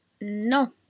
no